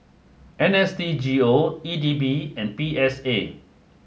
N S D G O E D B and P S A